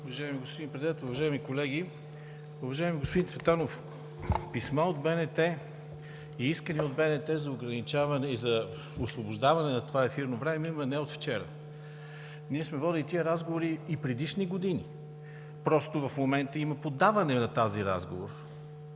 Уважаеми господин Председател, уважаеми колеги! Уважаеми господин Цветанов, писма от БНТ и искане от БНТ за освобождаване на това ефирно време има не от вчера. Ние сме водили тези разговори и в предишни години. Просто в момента има подаване на този разговор.